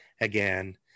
again